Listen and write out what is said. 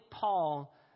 Paul